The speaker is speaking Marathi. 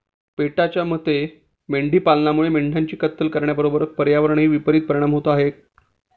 पेटाच्या मते मेंढी पालनामुळे मेंढ्यांची कत्तल करण्याबरोबरच पर्यावरणावरही विपरित परिणाम होत आहे